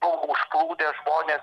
buvo užplūdę žmonės